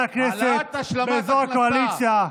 העלאת השלמת הכנסה,